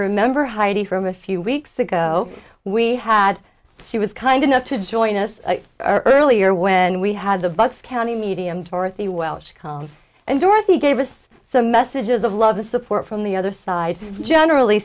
remember heidi from a few weeks ago we had she was kind enough to join us earlier when we had the bucks county medium dorothy welch and dorothy gave us some messages of love the support from the other side generally